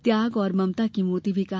त्याग और ममता की मूर्ति भी कहा